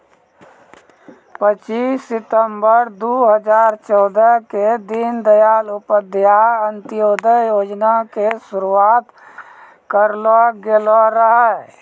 पच्चीस सितंबर दू हजार चौदह के दीन दयाल उपाध्याय अंत्योदय योजना के शुरुआत करलो गेलो रहै